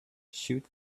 shoot